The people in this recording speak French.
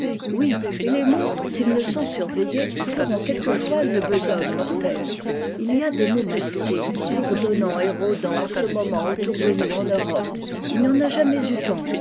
oui et les mots s'ils ne sont surveillés feront quelquefois une besogne mortelle il y a des mots masqués bourdonnant et rôdant en ce moment autour de nous en europe il n'y en a jamais eu